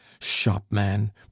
shopman